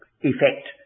effect